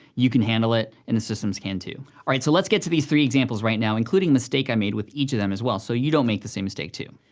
you can handle it, and the systems can too. alright, so let's get to these three examples right now, including a mistake i made with each of them as well, so you don't make the same mistake too.